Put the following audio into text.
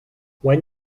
when